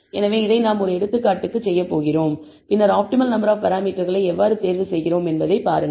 எனவே இதை நாம் ஒரு எடுத்துக்காட்டுக்கு செய்யப் போகிறோம் பின்னர் ஆப்டிமல் நம்பர் ஆப் பராமீட்டர்களை எவ்வாறு தேர்வு செய்கிறோம் என்பதைப் பாருங்கள்